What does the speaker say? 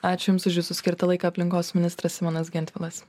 ačiū jums už jūsų skirtą laiką aplinkos ministras simonas gentvilas